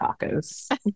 tacos